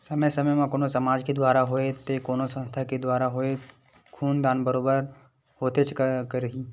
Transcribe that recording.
समे समे म कोनो समाज के दुवारा होवय ते कोनो संस्था के दुवारा होवय खून दान बरोबर होतेच रहिथे